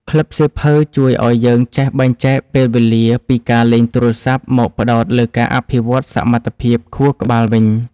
ក្លឹបសៀវភៅជួយឱ្យយើងចេះបែងចែកពេលវេលាពីការលេងទូរស័ព្ទមកផ្ដោតលើការអភិវឌ្ឍសមត្ថភាពខួរក្បាលវិញ។